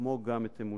כמו גם את אמוני.